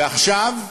ועכשיו,